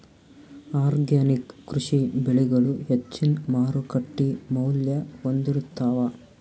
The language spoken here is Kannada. ಆರ್ಗ್ಯಾನಿಕ್ ಕೃಷಿ ಬೆಳಿಗಳು ಹೆಚ್ಚಿನ್ ಮಾರುಕಟ್ಟಿ ಮೌಲ್ಯ ಹೊಂದಿರುತ್ತಾವ